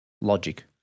logic